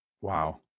Wow